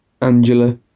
Angela